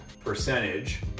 percentage